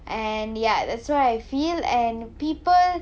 and ya that's why I feel and people